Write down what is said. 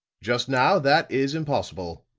just now that is impossible.